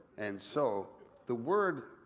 and so the word,